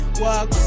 walk